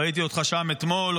ראיתי אותך שם אתמול,